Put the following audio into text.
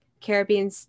Caribbean